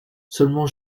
seulement